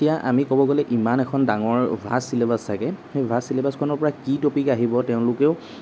এতিয়া আমি ক'ব গ'লে ইমান এখন ডাঙৰ ভাচ ছিলেবাছ চাগে সেই ভাচ ছিলেবাছখনৰ পৰা কি টপিক আহিব তেওঁলোকেও